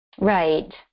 Right